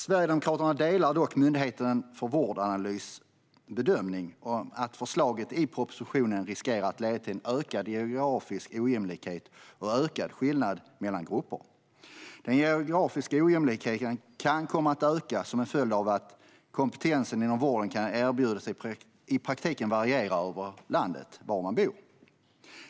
Sverigedemokraterna delar dock bedömningen från Myndigheten för vård och omsorgsanalys att förslaget i propositionen riskerar att leda till ökad geografisk ojämlikhet och ökade skillnader mellan grupper. Den geografiska ojämlikheten kan komma att öka som en följd av att de kompetenser som vården kan erbjuda i praktiken varierar över landet.